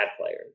players